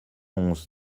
onze